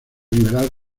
liberal